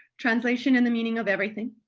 translation and the meaning of everything.